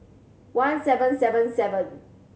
one seven seven seven